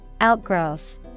Outgrowth